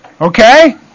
Okay